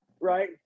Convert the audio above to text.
Right